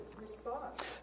response